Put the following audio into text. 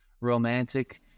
romantic